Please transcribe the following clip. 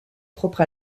propre